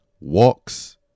walks